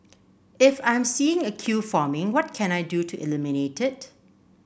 if I'm seeing a queue forming what can I do to eliminate it